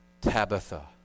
Tabitha